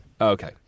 Okay